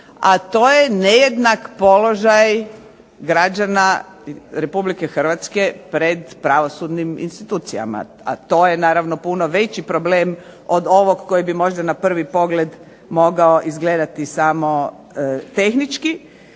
a to je nejednak položaj građana Republike Hrvatske pred pravosudnim institucijama, a to je naravno puno veći problem od ovog koji bi možda na prvi pogled mogao izgledati samo tehnički,